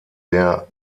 der